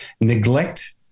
Neglect